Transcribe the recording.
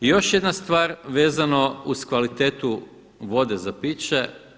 I još jedna stvar vezano uz kvalitetu vode za piće.